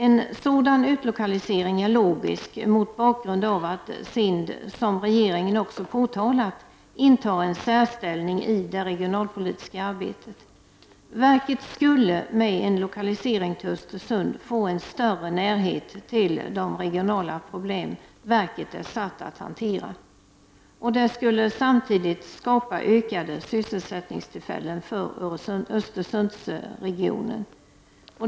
En sådan utlokalisering är logisk mot bakgrund av att SIND, som regeringen också påtalat, intar en särställning i det regionalpolitiska arbetet. Verket skulle med en lokalisering till Östersund få en större närhet till de regionala problem som verket är satt att hantera. Det skulle samtidigt skapa ökade sysselsättningstillfällen för Östersundsregionen.